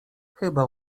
chyba